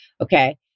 Okay